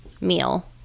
meal